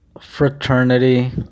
fraternity